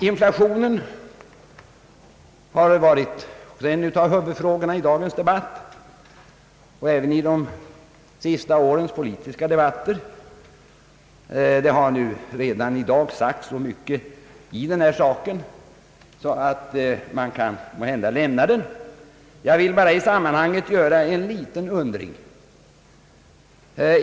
Inflationen har varit en av huvudfrågorna i dagens debatt och även i de senaste årens politiska debatter. Det har i dag redan sagts så mycket i denna sak att man måhända kan lämna den. Jag vill bara i sammanhanget framföra en liten undran.